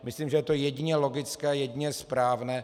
Myslím, že je to jedině logické, jedině správné.